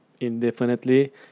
indefinitely